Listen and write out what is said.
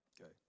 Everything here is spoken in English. Okay